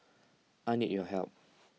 I need your help